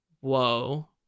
Whoa